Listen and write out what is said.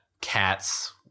Cats